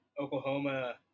Oklahoma